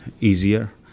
easier